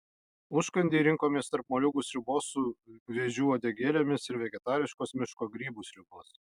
užkandį rinkomės tarp moliūgų sriubos su vėžių uodegėlėmis ir vegetariškos miško grybų sriubos